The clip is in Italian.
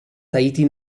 tahiti